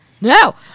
No